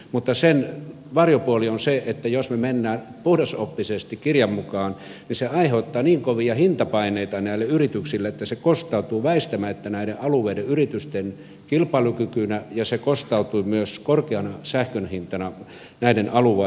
mutta sen varjopuoli on se että jos me menemme puhdasoppisesti kirjan mukaan niin se aiheuttaa niin kovia hintapaineita näille yrityksille että se kostautuu väistämättä näiden alueiden yritysten kilpailukykynä ja se kostautuu myös korkeana sähkön hintana näiden alueiden ihmisille